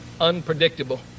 unpredictable